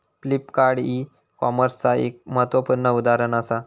Flipkart e कॉमर्सचाच एक महत्वपूर्ण उदाहरण असा